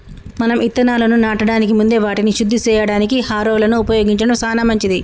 మనం ఇత్తనాలను నాటడానికి ముందే వాటిని శుద్ది సేయడానికి హారొలను ఉపయోగించడం సాన మంచిది